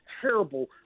terrible